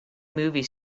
movie